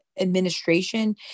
administration